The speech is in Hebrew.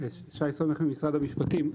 שי סומך ממשרד המשפטים.